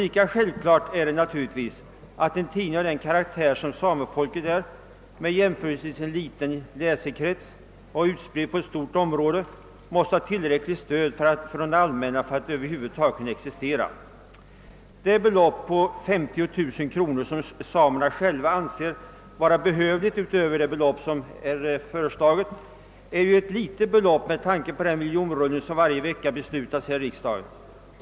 Lika självklart är att en tidning av sådan karaktär som Samefolket, med en jämförelsevis liten läsekrets utspridd på ett stort område, måste ha tillräckligt stöd från det allmänna för att över huvud taget kunna existera. Det belopp på ytterligare 50 000 kronor som samerna själva anser vara behövligt är ett litet belopp med tanke på den miljonrullning som varje vecka beslutas i riksdagen.